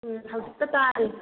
ꯎꯝ ꯍꯧꯖꯤꯛꯇ ꯇꯥꯔꯤ